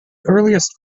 earliest